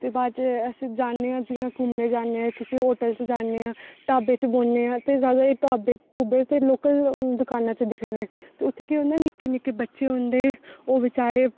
ते बाद च अस जाने आं जि'यां घूमने जाने आं इत्थै कुसै होटल च जाने आं ढाबे च बौहन्ने आं ते ज्यादा इक ढाबे ढोबे ते लोकल इक दकानें च दिक्खने हा उत्थै केह् होंदा कि निक्के निक्के बच्चे होंदे ओह् बेचारे